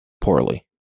poorly